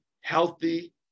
healthy